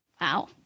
Wow